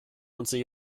unser